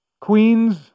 Queens